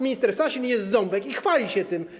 Minister Sasin jest z Ząbek i chwali się tym.